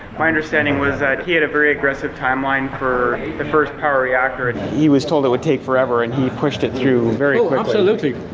my understanding was that he had a very aggressive timeline for the first power reactor and he was told it would take forever. and he pushed it through very quickly. oh, absolutely.